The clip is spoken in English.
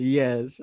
yes